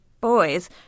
boys